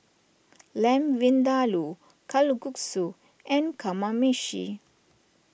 Lamb Vindaloo Kalguksu and Kamameshi